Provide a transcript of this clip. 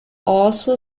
also